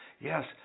Yes